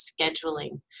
scheduling